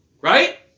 right